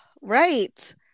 Right